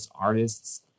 artists